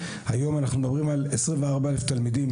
היום אנחנו מדברים על 24 אלף תלמידים